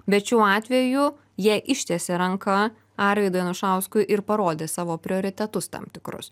bet šiuo atveju jie ištiesė ranką arvydui anušauskui ir parodė savo prioritetus tam tikrus